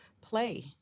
play